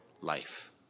life